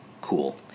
cool